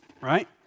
right